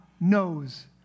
knows